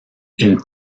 une